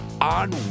on